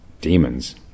demons